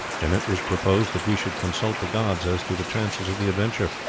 and it was proposed that we should consult the gods as to the chances of the adventure.